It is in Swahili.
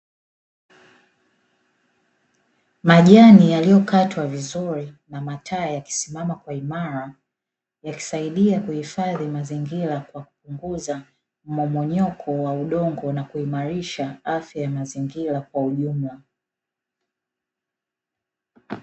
Majani yaliyokatwa vizuri na matawi yaliyosimama, yakisaidia kuhifadhi mazingira kwa kupunguza mmomonyoko wa udongo na kuimarisha afya ya mazingira kwa ujumla.